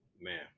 man